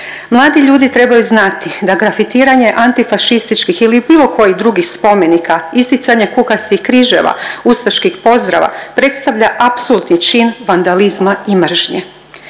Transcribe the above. Mladi ljudi trebaju znati da grafitiranje antifašističkih ili bilo kojih drugih spomenika, isticanje kukastih križeva, ustaških pozdrava predstavlja apsolutni čin vandalizma i mržnje.